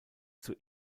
zur